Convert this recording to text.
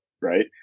right